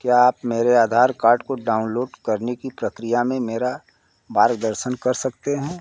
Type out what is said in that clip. क्या आप मेरे आधार कार्ड को डाउनलोड करने की प्रक्रिया में मेरा मार्गदर्शन कर सकते हैं